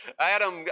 Adam